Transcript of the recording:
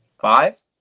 five